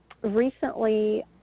Recently